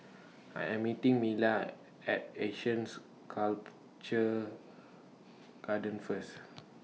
I Am meeting Mila At Asean Sculpture Garden First